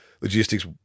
logistics